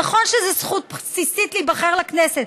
נכון שזו זכות בסיסית, להיבחר לכנסת,